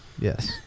Yes